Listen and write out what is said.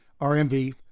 RMV